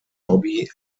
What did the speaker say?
hobby